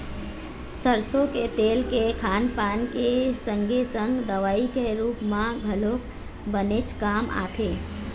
सरसो के तेल के खान पान के संगे संग दवई के रुप म घलोक बनेच काम आथे